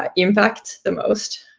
ah impact the most.